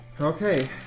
Okay